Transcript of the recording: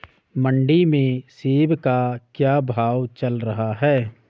मंडी में सेब का क्या भाव चल रहा है?